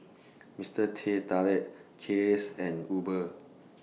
Mister Teh Tarik Kiehl's and Uber